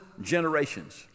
generations